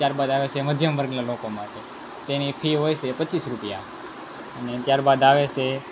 ત્યારબાદ આવે છે મધ્યમ વર્ગનાં લોકો માટે તેની ફી હોય છે પચીસ રૂપિયા અને ત્યારબાદ આવે છે